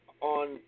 on